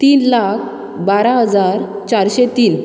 तीन लाख बारा हजार चारशें तीन